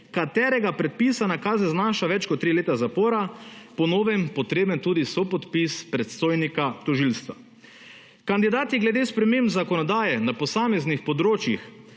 katerega predpisana kazen znaša več kot 3 leta zapora po novem potreben tudi sopodpis predstojnika tožilstva. Kandidat je glede spremembe zakonodaje na posameznih področjih